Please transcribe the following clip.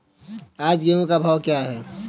आज गेहूँ का भाव क्या है?